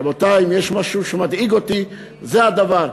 רבותי, אם יש משהו שמדאיג אותי, זה הדבר.